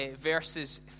verses